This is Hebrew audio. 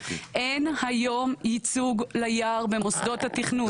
אין היום ייצוג ליער במוסדות התכנון.